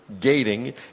gating